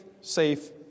safe